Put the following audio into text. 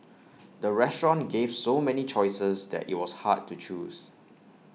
the restaurant gave so many choices that IT was hard to choose